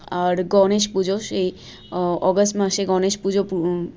আর গণেশ পুজো সেই আগস্ট মাসে গণেশ পুজো পু